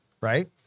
right